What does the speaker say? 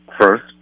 first